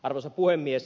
arvoisa puhemies